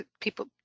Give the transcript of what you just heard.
People